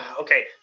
Okay